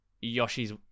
Yoshi's